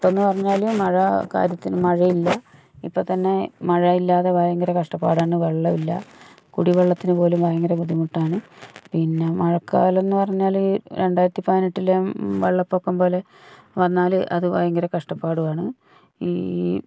ഇപ്പൊന്ന് പറഞ്ഞാല മഴ കാര്യത്തിന് മഴയില്ല ഇപ്പൊ തന്നെ മഴ ഇല്ലാതെ ഭയങ്കര കഷ്ടപ്പാടാണ് വെള്ളവില്ല കുടിവെള്ളത്തിന് പോലും ഭയങ്കര ബുദ്ധിമുട്ടാണ് പിന്നെ മഴക്കാലം എന്ന് പറഞ്ഞാല് രണ്ടായിരത്തി പതിനെട്ടില് വെള്ളപ്പൊക്കം പോലെ വന്നാല് അത് ഭയങ്കര കഷ്ടപ്പാടുവാണ് ഈ